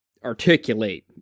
articulate